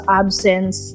absence